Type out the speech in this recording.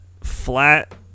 flat